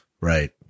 right